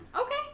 Okay